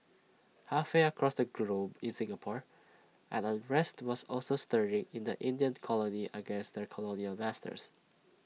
halfway across the globe in Singapore an unrest was also stirring in the Indian colony against their colonial masters